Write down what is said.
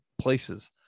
places